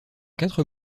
quatre